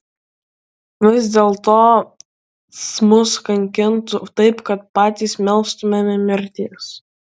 vis dėlto mus kankintų taip kad patys melstumėme mirties